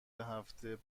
هفته